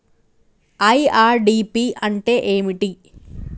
IRDP అంటే ఏమిటి?